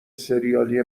ســریالی